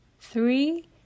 three